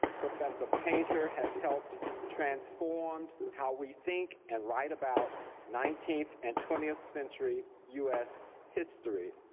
professor painter has helped transform how we think and write about nineteenth and twentieth century us history.